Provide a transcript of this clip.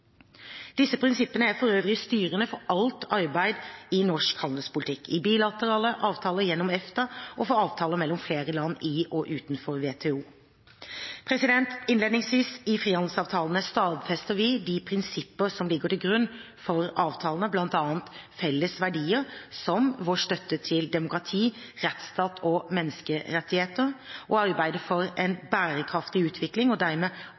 Disse prinsippene er for øvrig styrende for alt arbeid i norsk handelspolitikk, i bilaterale avtaler gjennom EFTA og for avtaler mellom flere land i og utenfor WTO. Innledningsvis i frihandelsavtalene stadfester vi de prinsipper som ligger til grunn for avtalene, bl.a. felles verdier, som vår støtte til demokrati, rettsstat og menneskerettigheter, å arbeide for en bærekraftig utvikling og dermed